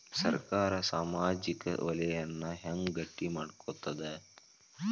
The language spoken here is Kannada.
ಸರ್ಕಾರಾ ಸಾಮಾಜಿಕ ವಲಯನ್ನ ಹೆಂಗ್ ಗಟ್ಟಿ ಮಾಡ್ಕೋತದ?